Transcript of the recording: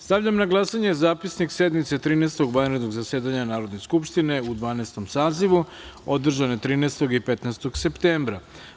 Stavljam na glasanje Zapisnik sednice Trinaestog vanrednog zasedanja Narodne skupštine u Dvanaestom sazivu, održane 13. i 15. septembra.